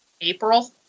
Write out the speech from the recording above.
April